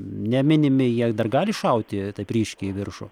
ne minimi jie dar gali šauti taip ryškiai į viršų